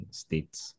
states